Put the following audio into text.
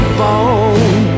bone